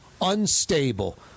unstable